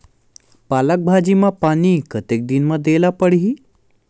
पालक भाजी म पानी कतेक दिन म देला पढ़ही?